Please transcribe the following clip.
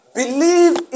believe